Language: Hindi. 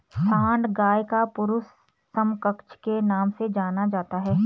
सांड गाय का पुरुष समकक्ष के नाम से जाना जाता है